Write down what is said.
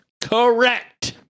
Correct